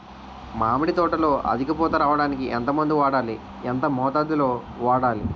మామిడి తోటలో అధిక పూత రావడానికి ఎంత మందు వాడాలి? ఎంత మోతాదు లో వాడాలి?